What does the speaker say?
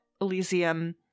Elysium